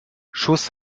schuss